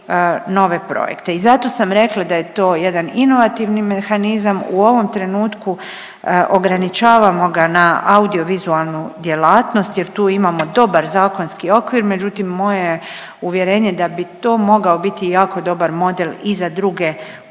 nove projekte i zato sam rekla da je to jedan inovativan mehanizam. U ovom trenutku ograničavamo ga na audiovizualnu djelatnost jer tu imamo dobar zakonski okvir međutim moje je uvjerenje da bi to mogao biti jako dobar model i za druge